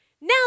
Now